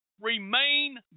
remain